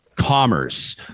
commerce